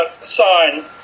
sign